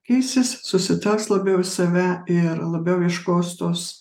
keisis susitelks labiau į save ir labiau ieškos tos